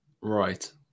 Right